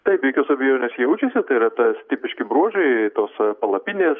taip be jokios abejonės jaučiasi tai yra tas tipiški bruožai tos palapinės